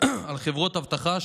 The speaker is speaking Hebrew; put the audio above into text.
על חברות אבטחה,